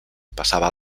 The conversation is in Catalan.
passava